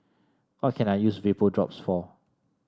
how can I use Vapodrops for